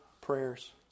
prayers